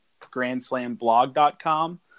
grandslamblog.com